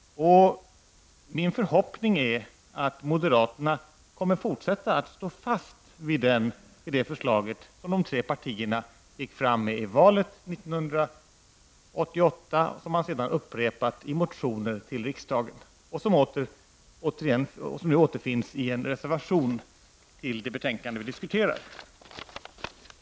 Min förhoppning är att moderaterna kommer att fortsätta att stå fast vid det förslag som de tre partierna gick fram med i valet 1988, som sedan har upprepats i motioner till riksdagen och som återfinns i en reservation vid det betänkande som vi nu diskuterar.